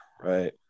right